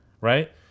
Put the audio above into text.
Right